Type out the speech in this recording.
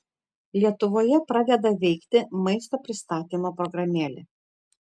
lietuvoje pradeda veikti maisto pristatymo programėlė